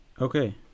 Okay